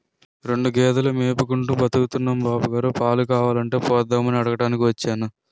రెండు గేదెలు మేపుకుంటూ బతుకుతున్నాం బాబుగారు, పాలు కావాలంటే పోద్దామని అడగటానికి వచ్చాను